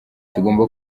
tugomba